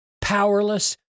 powerless